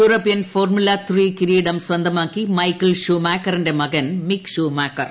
European formula three കിരീടം സ്വന്തമാക്കി Michael ഷൂമാക്കറിന്റെ മകൻ മിക്ഷൂമാക്കറിന്